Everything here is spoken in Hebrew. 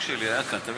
לא